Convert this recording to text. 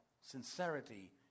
Sincerity